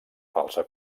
falsa